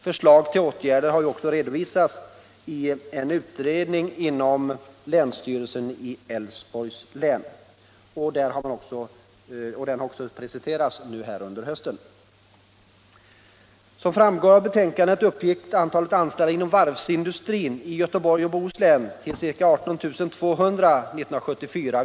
Förslag till åtgärder har också redovisats i en utredning inom länsstyrelsen i Älvsborgs län, och den har presenterats här under hösten.